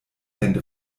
hände